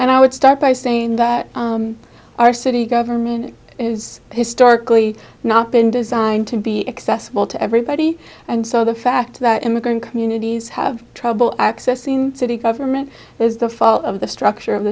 and i would start by saying that our city government is historically not been designed to be accessible to everybody and so the fact that immigrant communities have trouble accessing city government is the fault of the structure of